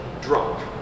drunk